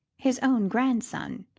his own grandson.